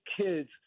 kids